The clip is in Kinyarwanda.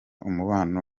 umubano